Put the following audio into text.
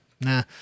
nah